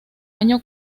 año